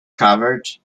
covered